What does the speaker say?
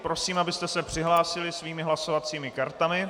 Prosím, abyste se přihlásili svými hlasovacími kartami.